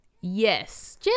Yes